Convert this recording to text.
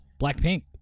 Blackpink